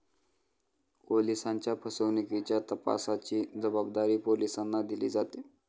ओलिसांच्या फसवणुकीच्या तपासाची जबाबदारी पोलिसांना दिली जाते